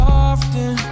often